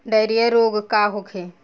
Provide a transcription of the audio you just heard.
Diarrhoea रोग का होखे?